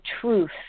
truth